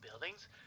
buildings